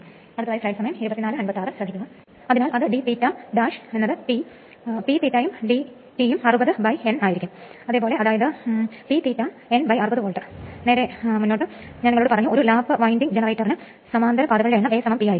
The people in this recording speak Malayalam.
എല്ലാ വ്യവസായങ്ങളിലും കണ്ടെത്തുന്ന കാര്യം അതാണ് ഇൻഡക്ഷൻ മോട്ടോറുകൾ induction motors അവിടെ ഉണ്ടെന്ന് കണ്ടെത്തും കാരണം ഇത് കൂടാതെ വ്യാവസായിക മോട്ടോറുകളിൽ ചലനമൊന്നുമില്ല